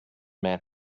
man